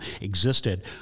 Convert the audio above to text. existed